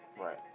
Right